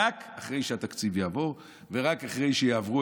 רק אחרי שהתקציב יעבור ורק אחרי שיעברו